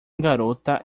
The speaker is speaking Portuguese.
garota